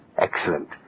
Excellent